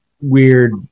weird